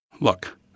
Look